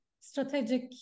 strategic